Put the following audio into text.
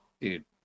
Dude